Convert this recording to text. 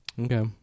okay